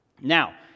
Now